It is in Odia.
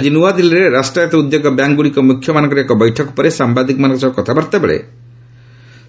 ଆକି ନ୍ତଆଦିଲ୍ଲୀରେ ରାଷ୍ଟ୍ରାୟତ ଉଦ୍ୟୋଗ ବ୍ୟାଙ୍କ୍ଗୁଡ଼ିକ ମୁଖ୍ୟମାନଙ୍କର ଏକ ବୈଠକ ପରେ ସାମ୍ଭାଦିକମାନଙ୍କ ସହ କଥାବାର୍ତ୍ତା ବେଳେ